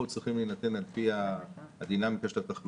פה זה צריך להינתן על פי הדינמיקה של התחלואה,